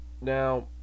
Now